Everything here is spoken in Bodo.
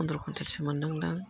फन्द्र' कुविन्थेलसो मोनदोंदां